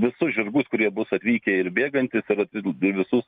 visus žirgus kurie bus atvykę ir bėgantys ir visus